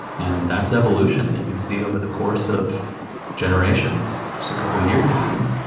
and that's evolution that you can see over the course of generations, just a couple of years even.